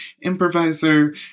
improviser